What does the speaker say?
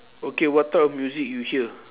okay what type of music you hear